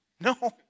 No